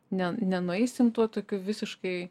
ne nenueisime tuo tokiu visiškai